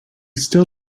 still